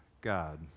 God